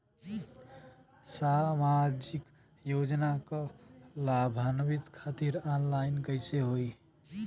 सामाजिक योजना क लाभान्वित खातिर ऑनलाइन कईसे होई?